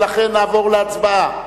ולכן נעבור להצבעה.